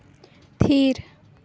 ᱛᱷᱤᱨ